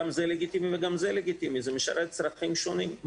שניהם לגיטימיים וזה משרת צרכים שונים.